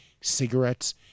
cigarettes